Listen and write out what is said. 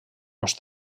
uns